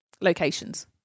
locations